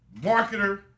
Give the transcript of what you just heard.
marketer